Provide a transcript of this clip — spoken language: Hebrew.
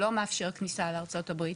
לא מאפשר כניסה לארה"ב.